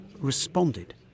responded